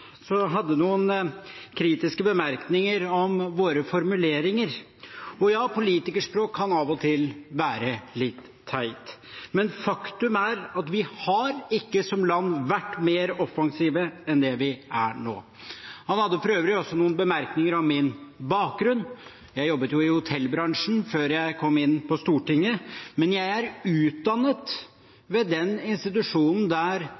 så det kjenner jeg meg ikke helt igjen i. Men jeg mener at den klimapolitikken de fire partiene fører, er helt riktig. Representanten Stoknes hadde noen kritiske bemerkninger om våre formuleringer, og ja, politikerspråk kan av og til være litt teit, men faktum er at vi som land ikke har vært mer offensive enn det vi er nå. Han hadde for øvrig også noen bemerkninger om min bakgrunn. Jeg jobbet i